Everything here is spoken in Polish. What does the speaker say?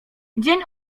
dzień